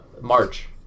march